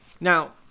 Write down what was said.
Now